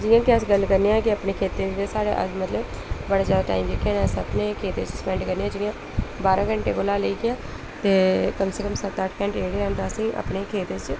जि'यां कि अस गल्ल करने आं के अपने खेतें दे साढ़े अस मतलब बड़े जादा टाइम जेह्के न अस अपनें खेतें च सपैंड करनें आं जि'यां बारा घंटे कोला लेइयै ते कम से कम सत्त अट्ठ घैंटें जेह्ड़े हैन तां असें अपनें खेत्तें च